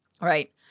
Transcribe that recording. Right